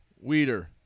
Weeder